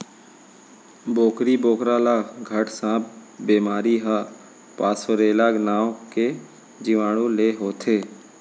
बोकरी बोकरा ल घट सांप बेमारी ह पास्वरेला नांव के जीवाणु ले होथे